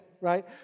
right